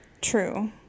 True